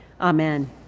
amen